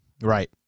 Right